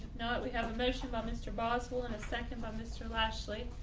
we have a motion by mr. boswell and a second by mr. lashley.